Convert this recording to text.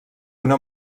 una